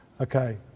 Okay